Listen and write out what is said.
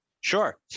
Sure